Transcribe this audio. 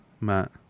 Matt